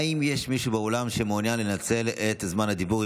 האם יש מישהו באולם שמעוניין לנצל את זמן הדיבור,